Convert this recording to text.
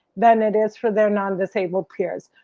than it is for their non-disabled peers.